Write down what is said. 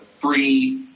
free